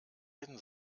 jeden